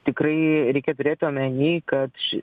tikrai reikia turėt omeny kad ši